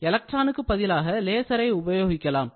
எலக்ட்ரானுக்கு பதிலாக லேசரை உபயோகிக்கலாம்